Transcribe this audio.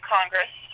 Congress